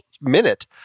minute